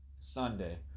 Sunday